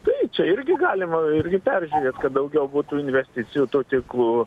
tai čia irgi galima irgi peržiūrėt kad daugiau būtų investicijų tų tinklų